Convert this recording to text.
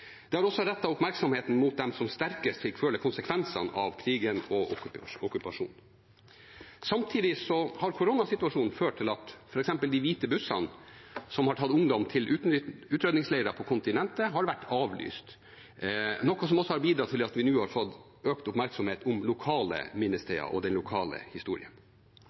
Det har også rettet oppmerksomheten mot dem som sterkest fikk føle konsekvensene av krigen og okkupasjonen. Samtidig har koronasituasjonen ført til at f.eks. de hvite bussene som har tatt ungdom til utrydningsleire på kontinentet, har blitt avlyst, noe som også har bidratt til at vi nå har fått økt oppmerksomhet om lokale minnesteder og den lokale historien.